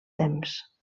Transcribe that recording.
temps